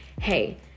hey